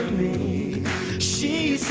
me she